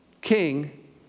King